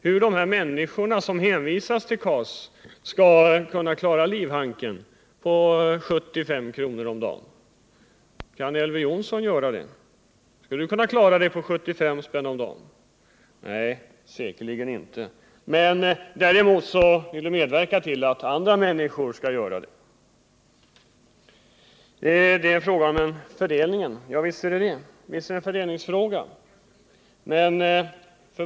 Hur skall de människor som hänvisas till KAS kunna klara livhanken på 75 kr. om dagen? Skulle Elver Jonsson kunna klara sig på 75 spänn om dagen? Nej, säkerligen inte. Men han vill att andra människor skall göra det. Det är en fråga om fördelning, säger Elver Jonsson. Ja, visst är det en fördelningsfråga.